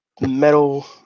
metal